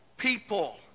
People